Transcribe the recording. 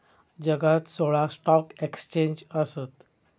जगात सोळा stock exchange आसत